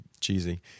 cheesy